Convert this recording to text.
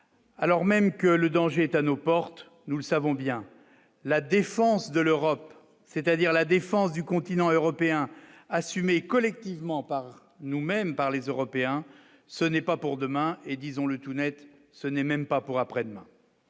Alors même que le danger est à nos portes, nous le savons bien la défense de l'Europe, c'est-à-dire la défense du continent européen assumé collectivement par nous-mêmes, par les Européens, ce n'est pas pour demain, et disons-le tout Net, ce n'est même pas pour après-demain,